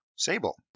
Sable